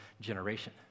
generation